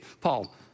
Paul